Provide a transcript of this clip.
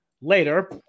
later